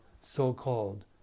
so-called